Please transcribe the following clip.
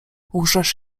łżesz